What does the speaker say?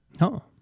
No